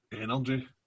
energy